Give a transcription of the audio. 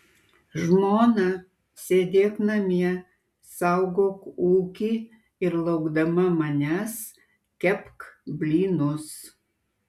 žmona sėdėk namie saugok ūkį ir laukdama manęs kepk blynus